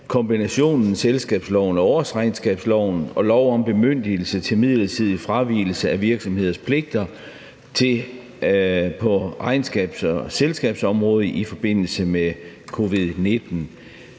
kombinationen af selskabsloven og årsregnskabsloven og lov om bemyndigelse til midlertidig fravigelse af virksomheders pligter på selskabs- og regnskabsområdet i forbindelse med covid-19.